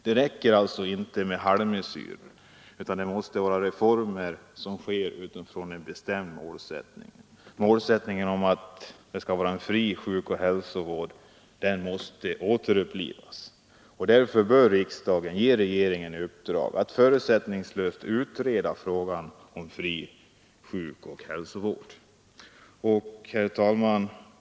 Det räcker alltså inte med halvmesyrer, utan det måste till reformer utifrån en bestämd målsättning, dvs. målsättningen att vi skall ha en fri sjukoch hälsovård. Denna målsättning bör återupplivas. Därför bör riksdagen ge regeringen i uppdrag att förutsättningslöst utreda frågan om fri sjukoch hälsovård. Herr talman!